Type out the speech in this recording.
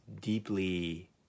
deeply